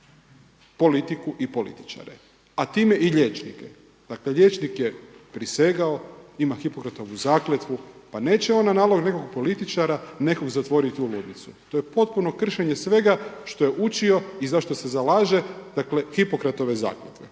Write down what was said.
politiku i političare, a time i liječnike. Dakle liječnik je prisegao ima Hipokratovu zakletvu, pa neće on na nalog nekog političara nekog zatvoriti u ludnicu. To je potpuno kršenje svega što je učio i za što se zalaže dakle Hipokratove zakletve.